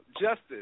Justice